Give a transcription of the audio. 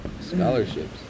Scholarships